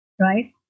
Right